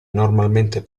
normalmente